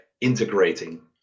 integrating